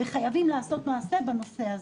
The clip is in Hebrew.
וחייבים לעשות מעשה בנושא הזה.